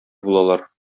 булалар